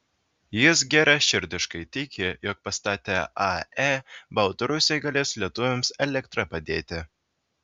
jis geraširdiškai tiki jog pastatę ae baltarusiai galės lietuviams elektra padėti